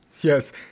Yes